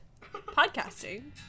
podcasting